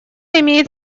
имеет